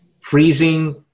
freezing